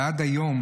ועד היום,